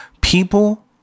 People